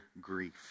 grief